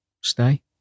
stay